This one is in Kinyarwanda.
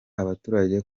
abaturage